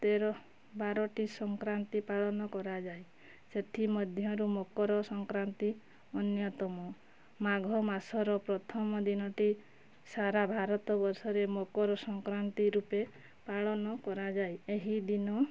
ତେର ବାରଟି ସଂକ୍ରାନ୍ତି ପାଳନ କରାଯାଏ ସେଥି ମଧ୍ୟରୁ ମକର ସଂକ୍ରାନ୍ତି ଅନ୍ୟତମ ମାଘ ମାସର ପ୍ରଥମ ଦିନଟି ସାରା ଭାରତବର୍ଷରେ ମକର ସଂକ୍ରାନ୍ତି ରୂପେ ପାଳନ କରାଯାଏ ଏହି ଦିନ